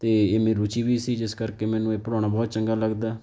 ਅਤੇ ਇਹ ਮੇਰੀ ਰੁਚੀ ਵੀ ਸੀ ਜਿਸ ਕਰਕੇ ਮੈਨੂੰ ਇਹ ਪੜ੍ਹਾਉਣਾ ਬਹੁਤ ਚੰਗਾ ਲੱਗਦਾ